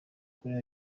korea